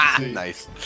Nice